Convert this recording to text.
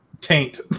taint